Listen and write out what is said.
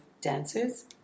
dancers